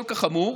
הוא כל כך חמור,